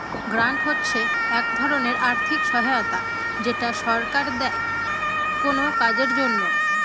grant হচ্ছে এক ধরনের আর্থিক সহায়তা যেটা সরকার দেয় কোনো কাজের জন্য